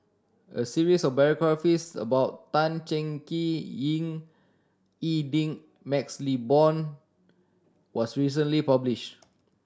a series of biographies about Tan Cheng Kee Ying E Ding MaxLe Blond was recently published